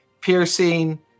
piercing